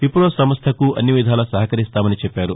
విప్రో సంస్టకు అన్ని విధాల సహకరిస్తామని చెప్పారు